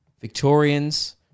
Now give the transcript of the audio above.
Victorians